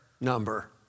number